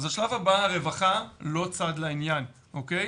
אז השלב הבא, הרווחה לא צד לעניין, אוקי?